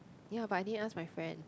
ya but I didn't ask my friend